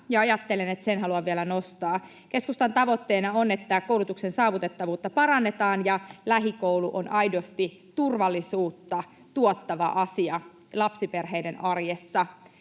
ajattelen, että sen haluan vielä nostaa. Keskustan tavoitteena on, että koulutuksen saavutettavuutta parannetaan ja lähikoulu on aidosti turvallisuutta tuottava asia lapsiperheiden arjessa.